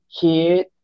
kid